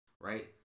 Right